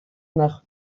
nach